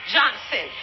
Johnson